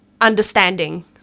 understanding